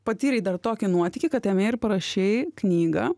patyrei dar tokį nuotykį kad ėmei ir parašei knygą